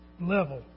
level